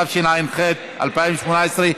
התשע"ח 2018,